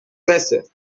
بسه